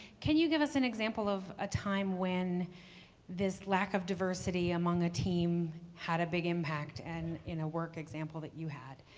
can you give us an example of a time when this lack of diversity among a team had a big impact, and in a work example that you had,